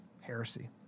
heresy